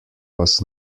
was